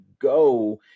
go